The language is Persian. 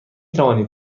توانید